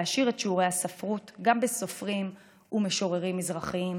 להעשיר את שיעורי הספרות גם בסופרים ומשוררים מזרחים,